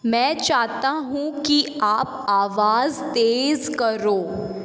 मैं चाहता हूँ कि आप आवाज़ तेज़ करो